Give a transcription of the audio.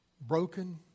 broken